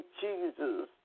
Jesus